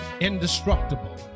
indestructible